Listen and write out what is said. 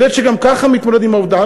ילד שגם ככה מתמודד עם העובדה,